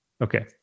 okay